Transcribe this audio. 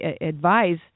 advise